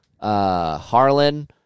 Harlan